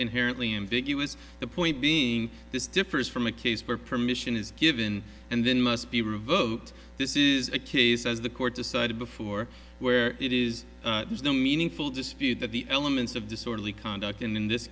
inherently ambiguous the point being this differs from a case for permission is given and then must be revoked this is a case as the court decided before where it is there's no meaningful dispute that the elements of disorderly conduct in this